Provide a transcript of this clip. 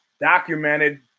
documented